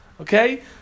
Okay